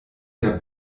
der